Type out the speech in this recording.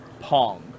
Pong